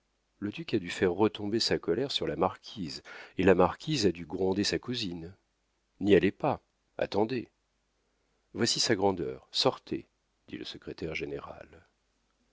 le duc a dû faire retomber sa colère sur la marquise et la marquise a dû gronder sa cousine n'y allez pas attendez voici sa grandeur sortez dit le secrétaire général